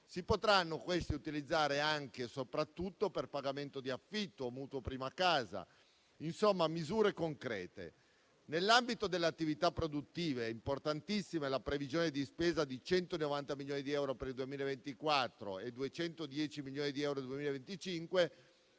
si potranno utilizzare anche e soprattutto per pagamento di affitti o mutui prima casa. Insomma, si tratta di misure concrete. Nell'ambito delle attività produttive, è importantissima la previsione di spesa di 190 milioni di euro per il 2024 e di 210 milioni di euro per il 2025